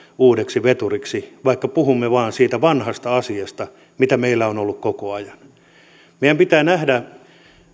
uudeksi veturiksi vaikka puhumme vain siitä vanhasta asiasta mitä meillä on on ollut koko ajan meidän pitää nähdä